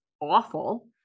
awful